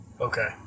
Okay